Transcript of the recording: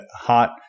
hot